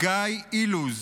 גיא אילוז,